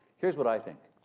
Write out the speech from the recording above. here's what i think.